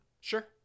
Sure